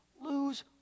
lose